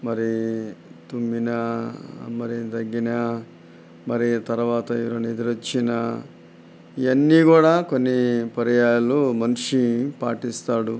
మరి తుమ్మిన మరి దగ్గిన మరి తర్వాత ఎవరన్న ఎదురు వచ్చిన ఇవన్నీ కూడా కొన్ని పర్యాయాలు మనిషి పాటిస్తాడు